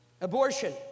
Abortion